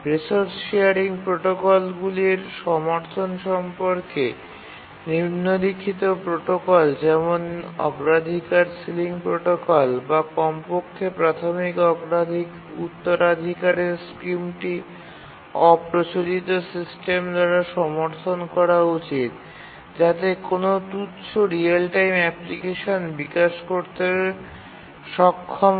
resource sharing প্রোটোকলগুলির সমর্থন সম্পর্কে নিম্নলিখিত প্রোটোকল যেমন অগ্রাধিকার সিলিং প্রোটোকল বা কমপক্ষে প্রাথমিক উত্তরাধিকারের স্কিমটি অপ্রচলিত সিস্টেম দ্বারা সমর্থন করা উচিত যাতে কোনও তুচ্ছ রিয়েল টাইম অ্যাপ্লিকেশন বিকাশ করতে সক্ষম হয়